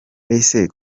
ese